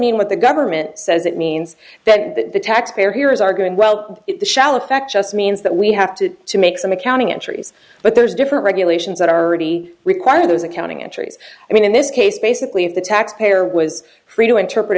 mean what the government says it means that the taxpayer here is arguing well it shall effect just means that we have to to make some accounting entries but there's different regulations that are already required of those accounting entries i mean in this case basically if the taxpayer was free to interpret